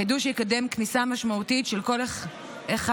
החידוש יקדם כניסה משמעותית של כל מהנדס